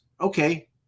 okay